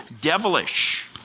devilish